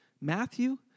Matthew